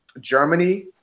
Germany